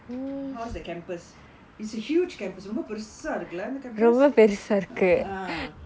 how's the campus is a huge campus ரொம்ப பெருசா இருக்குல அந்த:romba perusaa irukkula antha campus ah !huh!